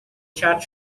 chat